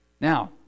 Now